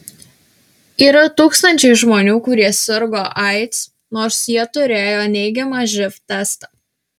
yra tūkstančiai žmonių kurie sirgo aids nors jie turėjo neigiamą živ testą